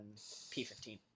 P15